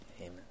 Amen